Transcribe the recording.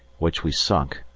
which we sunk,